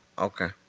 okay.